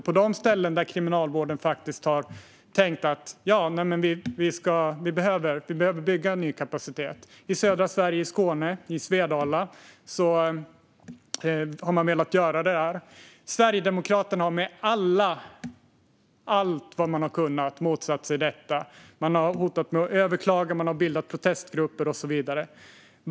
På de ställen där Kriminalvården faktiskt har velat bygga ny kapacitet - i södra Sverige, i Svedala i Skåne - har Sverigedemokraterna motsatt sig detta allt man har kunnat. Man har hotat med att överklaga, bildat protestgrupper och så vidare.